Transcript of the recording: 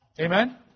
Amen